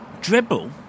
Dribble